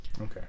Okay